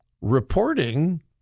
reporting